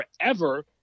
forever